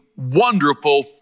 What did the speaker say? wonderful